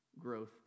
growth